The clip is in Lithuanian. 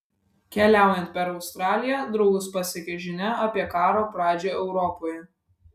keliaujant per australiją draugus pasiekia žinia apie karo pradžią europoje